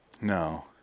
No